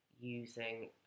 using